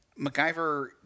MacGyver